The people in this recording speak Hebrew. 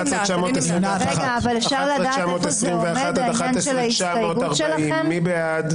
11,901 עד 11,920, מי בעד?